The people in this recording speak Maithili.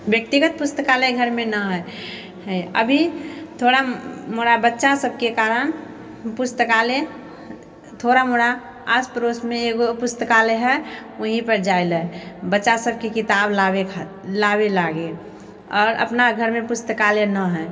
व्यक्तिगत पुस्तकालय घर मे नऽ हय अभी थोड़ा मोरा बच्चा सभके कारण पुस्तकालय थोड़ा मोरा आस पड़ोस मे एगो पुस्तकालय हय वही पर जाइले बच्चा सभके किताब लाबे लागि आओर अपना घर मे पुस्तकालय नऽ हय